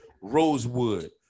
Rosewood